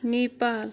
Nepal